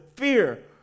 Fear